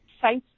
sites